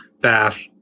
Bath